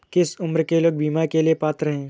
किस उम्र के लोग बीमा के लिए पात्र हैं?